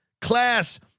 class